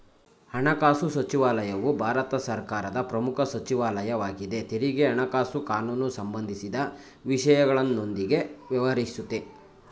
ಹಣಕಾಸುಸಚಿವಾಲಯವು ಭಾರತ ಸರ್ಕಾರದ ಪ್ರಮುಖ ಸಚಿವಾಲಯ ವಾಗಿದೆ ತೆರಿಗೆ ಹಣಕಾಸು ಕಾನೂನುಸಂಬಂಧಿಸಿದ ವಿಷಯಗಳೊಂದಿಗೆ ವ್ಯವಹರಿಸುತ್ತೆ